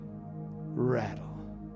rattle